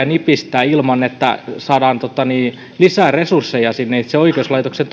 nipistää oikeuslaitoksesta ilman että saadaan lisää resursseja sinne itse oikeuslaitoksen